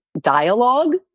dialogue